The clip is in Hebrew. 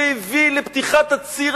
זה מה שהביא לפתיחת הציר,